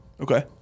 Okay